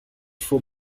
for